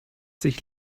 sich